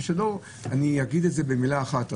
אני אומר במילה אחת.